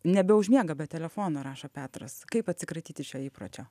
nebeužmiega be telefono rašo petras kaip atsikratyti šio įpročio